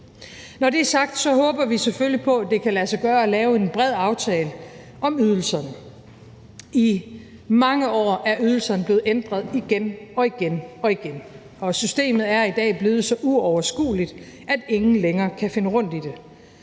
Når det er sagt, håber vi selvfølgelig på, at det kan lade sig gøre at lave en bred aftale om ydelserne. I mange år er ydelserne blev ændret igen og igen og igen, og systemet er i dag blevet så uoverskueligt, at ingen længere kan finde rundt i det,